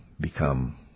become